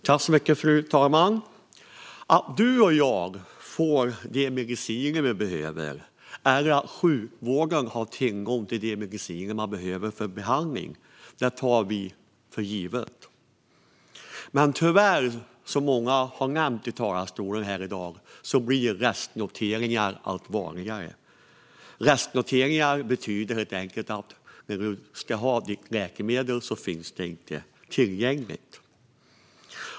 Fru talman! Att vi får de mediciner vi behöver och att sjukvården har tillgång till de mediciner som behövs för behandling tar vi för givet. Men som många har nämnt i talarstolen här i dag blir restnoteringar tyvärr allt vanligare. Restnoteringar betyder helt enkelt att det läkemedel man ska ha inte finns tillgängligt.